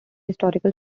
historical